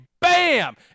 Bam